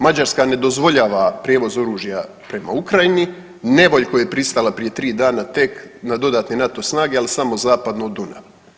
Mađarska ne dozvoljava prijevoz oružja prema Ukrajini, nevoljko je pristala prije 3 dana tek na dodatne NATO snage, ali samo zapadno od Dunava.